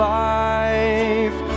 life